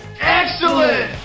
Excellent